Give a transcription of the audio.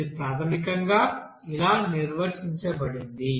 ఇది ప్రాథమికంగా ఇలా నిర్వచించబడింది